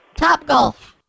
Topgolf